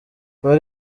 kwa